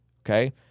okay